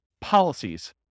policies